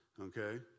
okay